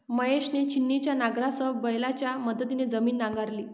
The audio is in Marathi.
महेशने छिन्नीच्या नांगरासह बैलांच्या मदतीने जमीन नांगरली